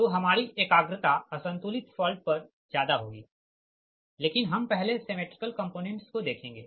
तो हमारी एकाग्रता असंतुलित फॉल्ट पर ज्यादा होगी लेकिन हम पहले सिमेट्रिकल कम्पोनेंट्स को देखेंगे